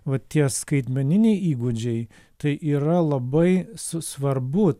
va tie skaitmeniniai įgūdžiai tai yra labai svarbu